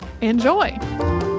Enjoy